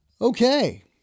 Okay